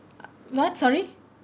what sorry